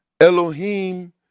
Elohim